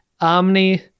Omni